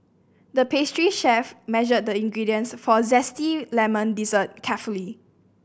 the pastry chef measured the ingredients for a zesty lemon dessert carefully